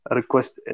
request